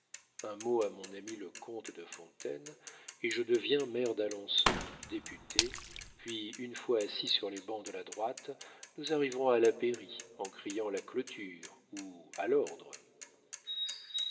un mot à mon ami le comte de fontaine et je deviens maire d'alençon député puis une fois assis sur les bancs de la droite nous arriverons à la pairie en criant la clôture ou a l'ordre